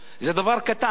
זה דבר קטן.